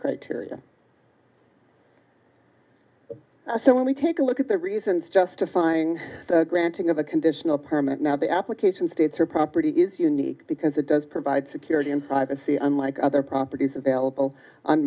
criteria so when we take a look at the reasons justifying the granting of a conditional permit now the application states or property is unique because it does provide security and privacy unlike other properties available on